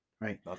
Right